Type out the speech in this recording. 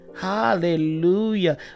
Hallelujah